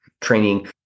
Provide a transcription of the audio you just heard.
training